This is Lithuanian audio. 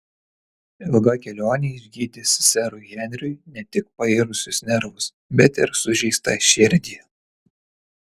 ilga kelionė išgydys serui henriui ne tik pairusius nervus bet ir sužeistą širdį